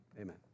amen